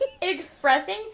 Expressing